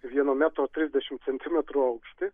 vieno metro trisdešimt centimetrų aukšty